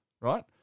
right